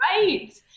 right